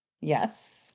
Yes